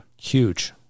huge